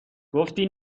گفتی